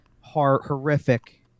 horrific